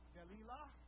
Delilah